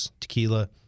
tequila